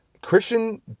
Christian